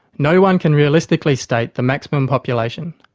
no-one can realistically state the maximum population.